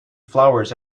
flowers